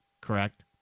correct